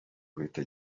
guhita